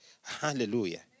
Hallelujah